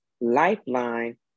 Lifeline